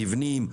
מבנים,